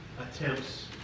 attempts